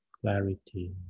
clarity